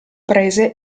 prese